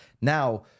Now